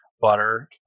Butter